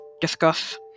discuss